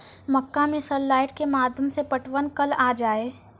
मक्का मैं sir light के माध्यम से पटवन कल आ जाए?